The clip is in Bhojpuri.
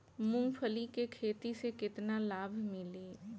मूँगफली के खेती से केतना लाभ मिली?